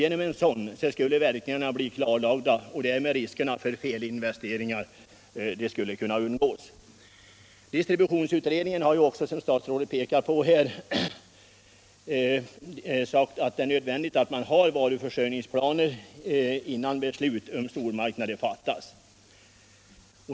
Genom sådana skulle verkningarna bli klarlagda, och därmed skulle riskerna för felinvesteringar kunna undvikas. Distrubutionsutredningen har också, som statsrådet påpekar, sagt att det är nödvändigt med varuförsörjningsplaner innan beslut om stormarknader fattas.